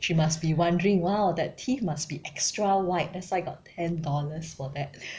she must be wondering !wow! that teeth must be extra white that's why got ten dollars for that